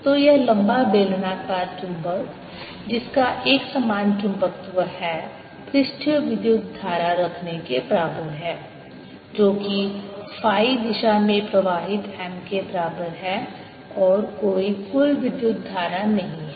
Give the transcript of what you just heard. तो यह लंबा बेलनाकार चुंबक जिसका एकसमान चुंबकत्व है पृष्ठीय विद्युत धारा रखने के बराबर है जो कि फ़ाई दिशा में प्रवाहित M के बराबर है और कोई कुल विद्युत धारा नहीं है